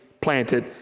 planted